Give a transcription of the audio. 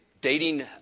dating